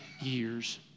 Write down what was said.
years